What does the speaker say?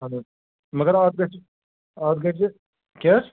hello مگر اتھ گَژھِ اتھ گَژھِ کیٛاہ